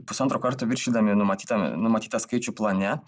pusantro karto viršydami numatytą numatytą skaičių plane